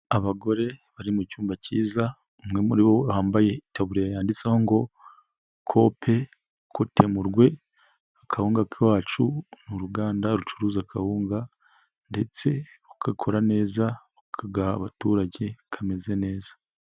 Abagore bari mu cyumba kiza umwe muri bo wambaye itaburiya yanditseho ngo kope kotemurwe akawunga k'iwacu mu ruganda rucuruza kawunga, ndetse ugakora neza ukagaha abaturage kameze neza.